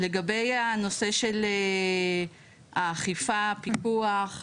לגבי הנושא של האכיפה, הפיקוח,